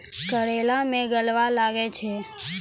करेला मैं गलवा लागे छ?